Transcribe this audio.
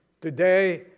Today